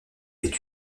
est